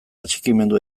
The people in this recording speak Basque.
atxikimendu